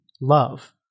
love